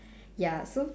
ya so